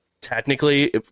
technically